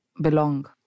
belong